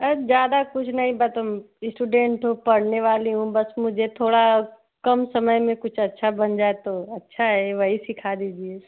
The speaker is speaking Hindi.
अरे ज्यादा कुछ नहीं बत हम इस्टूडेंट हूँ पढ़ने वाली हूँ बस मुझे थोड़ा कम समय में कुछ अच्छा बन जाए तो अच्छा हैं वही सिखा दीजिए